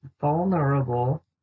vulnerable